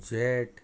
jet